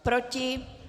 Proti?